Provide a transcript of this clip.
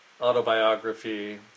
autobiography